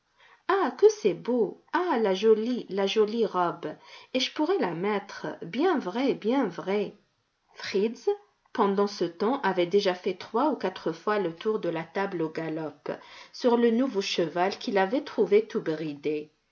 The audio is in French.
ah que c'est beau ah la jolie la jolie robe et je pourrais la mettre bien vrai bien vrai fritz pendant ce temps avait déjà fait trois ou quatre fois le tour de la table au galop sur le nouveau cheval qu'il avait trouvé tout bridé